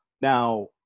Now